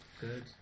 Good